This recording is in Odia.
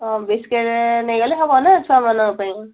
ହଁ ବିସ୍କିଟ୍ ନେଇଗଲେ ହେବନା ଛୁଆମାନଙ୍କ ପାଇଁ